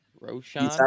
Roshan